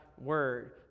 Word